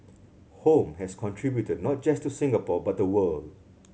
home has contributed not just to Singapore but the world